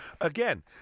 Again